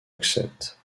accept